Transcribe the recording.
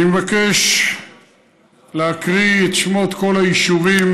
אני מבקש להקריא את שמות כל היישובים,